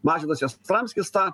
mažvydas jastramskis tą